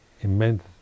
immense